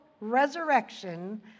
resurrection